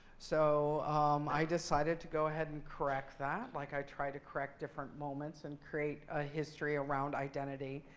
so um i decided to go ahead and correct that like i try to correct different moments and create a history around identity.